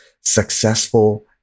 successful